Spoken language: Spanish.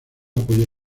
apoyo